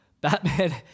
Batman